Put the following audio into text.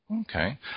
Okay